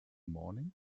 morning